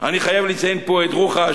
אני חייב לציין פה את רוחה,